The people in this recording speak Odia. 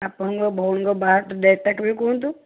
ଆପଣଙ୍କ ଭଉଣୀଙ୍କ ବାହାଘର ଡେଟ୍ଟା କେବେ କୁହନ୍ତୁ